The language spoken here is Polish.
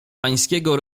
pańskiego